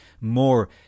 more